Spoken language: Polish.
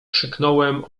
krzyknąłem